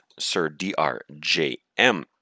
SirDrJM